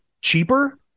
cheaper